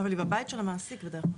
אבל היא בבית של המעסיק בדרך כלל.